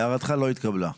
הערתך לא התקבלה.